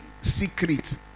secret